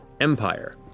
empire